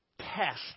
test